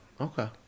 Okay